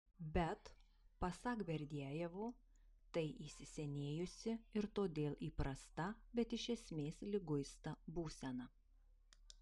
bet pasak berdiajevo tai įsisenėjusi ir todėl įprasta bet iš esmės liguista būsena